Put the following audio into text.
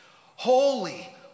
holy